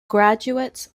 graduates